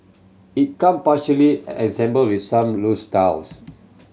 it came partially assembled with some loose tiles